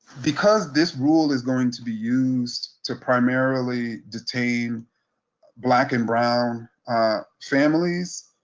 because this rule is going to be used to primarily detain black and brown families,